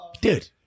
Dude